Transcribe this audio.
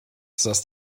saß